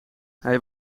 hij